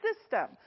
system